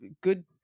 good